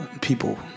people